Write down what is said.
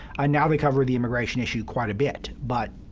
ah now they cover the immigration issue quite a bit, but,